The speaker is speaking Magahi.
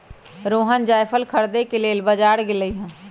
रोहण जाएफल खरीदे के लेल बजार गेलई ह